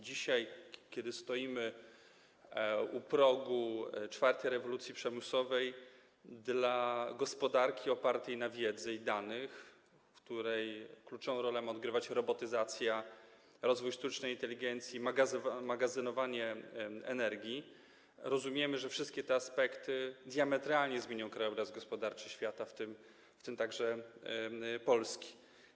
Dzisiaj, kiedy stoimy u progu czwartej rewolucji przemysłowej w gospodarce, opartej na wiedzy i danych, w której kluczową rolę ma odgrywać robotyzacja, rozwój sztucznej inteligencji, magazynowanie energii, rozumiemy, że wszystkie te aspekty diametralnie zmienią obraz gospodarczy świata, w tym także Polski.